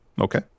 Okay